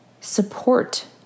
support